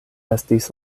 estis